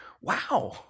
wow